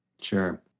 Sure